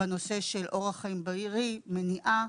בנושא של אורח חיים בריא ומניעה.